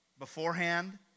Beforehand